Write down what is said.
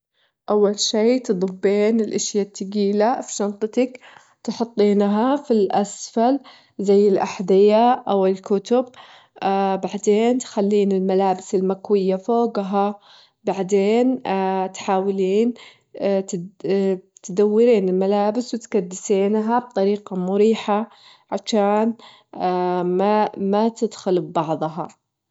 أول شي تضبين الأشيا التجيلة في شنطتك، تحطينها في الأسفل، زي الأحذية أو الكتب، بعدين تخلين الملابس المكوية فوجها ، وبعدين تحاولين تدورين- تدورين الملابس وتكدسينها بطريقة مريحة عشان ماتتدخل ببعضها.